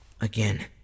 Again